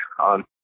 on